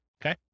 Okay